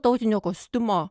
tautinio kostiumo